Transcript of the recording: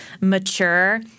mature